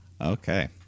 Okay